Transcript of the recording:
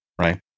Right